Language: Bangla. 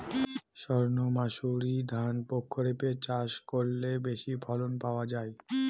সর্ণমাসুরি ধান প্রক্ষরিপে চাষ করলে বেশি ফলন পাওয়া যায়?